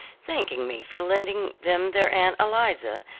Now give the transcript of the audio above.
thanking me for lending them their aunt eliza,